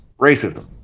racism